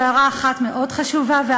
זו הערה אחת חשובה מאוד.